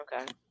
Okay